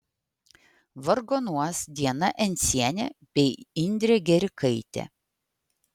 vargonuos diana encienė bei indrė gerikaitė